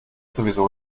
sowieso